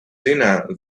dinner